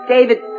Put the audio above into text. David